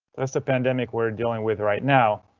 that's the pandemic we're dealing with right now.